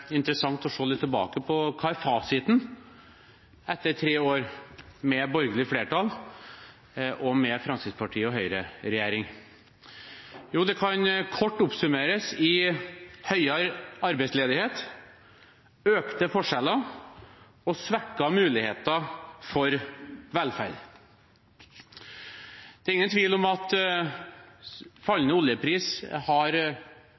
interessant å se litt tilbake på hva fasiten er etter tre år med borgerlig flertall og med Høyre–Fremskrittsparti-regjering. Jo, det kan kort oppsummeres i høyere arbeidsledighet, økte forskjeller og svekkede muligheter for velferd. Det er ingen tvil om at fallende oljepris har